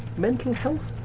mental health?